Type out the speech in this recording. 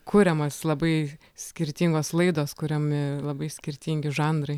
kuriamas labai skirtingos laidos kuriami labai skirtingi žanrai